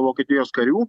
vokietijos karių